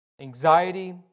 Anxiety